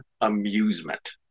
amusement